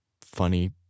funny